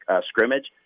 scrimmage